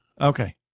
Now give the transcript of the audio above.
Okay